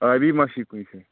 ٲبی ما چھِ یہِ کُنہِ جایہِ